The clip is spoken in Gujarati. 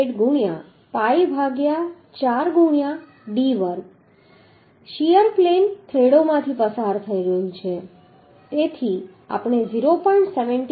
78 ગુણ્યાં pi ભાગ્યા 4 ગુણ્યાં d વર્ગ શીયર પ્લેન થ્રેડોમાંથી પસાર થઈ રહ્યું છે તેથી આપણે 0